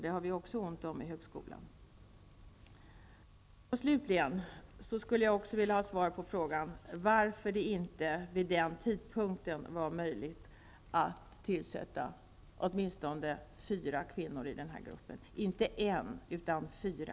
Det är ont om dem också i högskolan. Varför var det inte vid denna tidpunkt möjligt att tillsätta åtminstone fyra kvinnor i gruppen -- inte en utan fyra?